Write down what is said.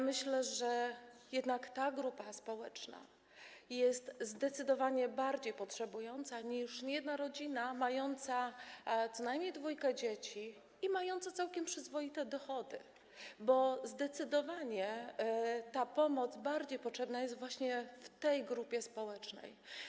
Myślę, że jednak ta grupa społeczna jest zdecydowanie bardziej potrzebująca niż niejedna rodzina mająca co najmniej dwójkę dzieci i mająca całkiem przyzwoite dochody, bo ta pomoc zdecydowanie jest bardziej potrzebna właśnie tej grupie społecznej.